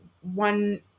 one